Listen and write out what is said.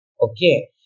okay